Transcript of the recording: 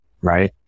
Right